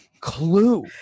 clue